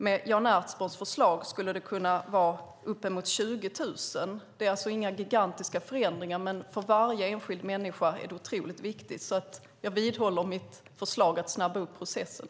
Med Jan Ertsborns förslag skulle det kunna vara uppemot 20 000. Det är alltså inga gigantiska förändringar, men för varje enskild människa är det otroligt viktigt, så jag vidhåller mitt förslag att snabba upp processen.